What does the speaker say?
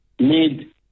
need